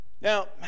Now